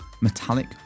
metallic